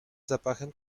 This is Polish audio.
zapachem